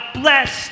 bless